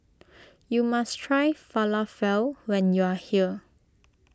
you must try Falafel when you are here